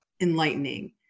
enlightening